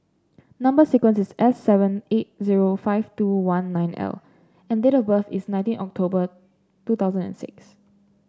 number sequence is S seven eight zero five two one nine L and date of birth is nineteen October two thousand and six